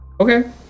Okay